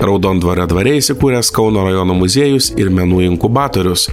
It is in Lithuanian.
raudondvario dvare įsikūręs kauno rajono muziejus ir menų inkubatorius